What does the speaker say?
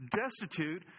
destitute